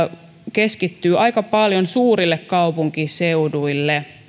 keskittyvät aika paljon suurille kaupunkiseuduille